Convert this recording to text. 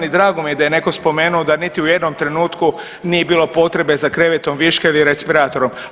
I drago mi je da je neko spomenuo da niti u jednom trenutku nije bilo potrebe za krevetom viška i respiratorom.